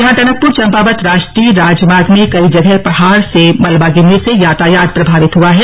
यहां टनकपुर चम्पावत राष्ट्रीय राजमार्ग में कई जगह पहाड़ से मलबा गिरने से यातायात प्रभावित हुआ है